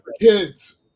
kids